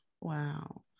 Wow